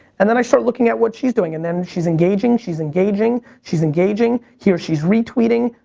and then i start looking at what she's doing. and then she's engaging, she's engaging, she's engaging. here, she's retweeting.